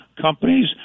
companies